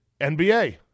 NBA